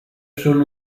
son